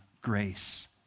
grace